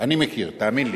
אני מכיר, תאמין לי.